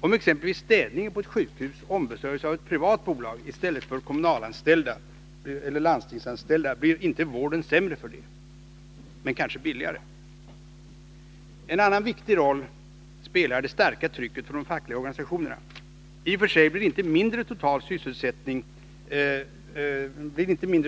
Om exempelvis städningen på ett sjukhus ombesörjs av ett privat bolag i stället för av landstingsanställda blir inte vården sämre för det — men kanske billigare. En annan viktig roll spelar det starka trycket från de fackliga organisationerna. I och för sig blir det inte mindre